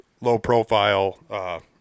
low-profile